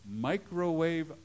microwave